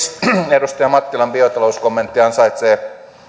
edustaja mattilan biotalouskommentti ansaitsee